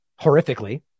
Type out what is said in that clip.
horrifically